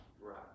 Right